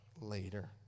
later